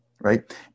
right